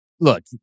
look